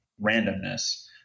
randomness